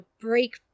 break